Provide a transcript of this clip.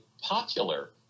popular